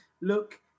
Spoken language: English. look